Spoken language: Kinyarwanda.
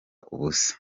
ubusa